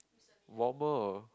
warmer